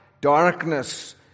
darkness